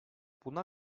buna